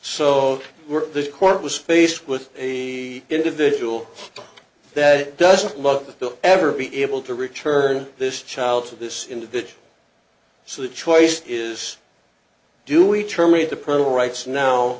so we're the court was faced with a individual that doesn't love to ever be able to return this child to this individual so the choice is do we terminate the perl rights now